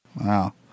Wow